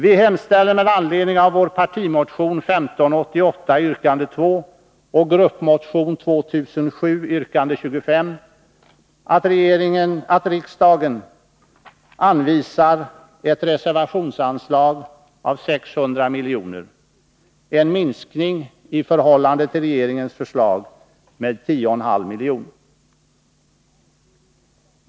Vi hemställer med anledning av vår partimotion 1588, yrkande 2, och vår gruppmotion 2007, yrkande 25, att riksdagen anvisar ett reservationsanslag av 600 milj.kr., en minskning i förhållande till regeringens förslag med 10,5 milj.kr.